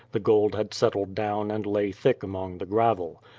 the gold had settled down and lay thick among the gravel.